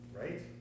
right